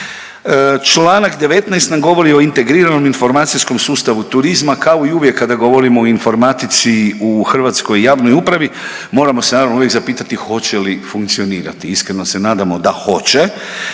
Čl. 19 nam govori o integriranom informacijskom sustavu turizma, kao i uvijek kada govorimo o informatici u hrvatskoj javnoj upravi, moramo se naravno, uvijek zapitati hoće li funkcionirati. Iskreno se nadamo da hoće,